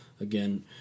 Again